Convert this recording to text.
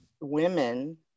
women